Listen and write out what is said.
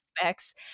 aspects